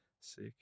sick